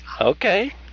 Okay